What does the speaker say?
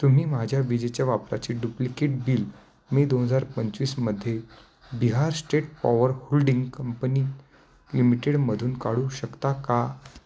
तुम्ही माझ्या विजेच्या वापराचे डुप्लिकेट बिल मे दोन हजार पंचवीसमध्ये Bihar state power holding company लिमिटेडमधून काढू शकता का